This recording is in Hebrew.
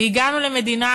והגענו למדינה,